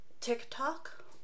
TikTok